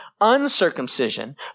uncircumcision